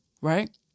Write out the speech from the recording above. right